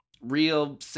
real